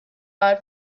are